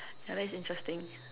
yeah that's interesting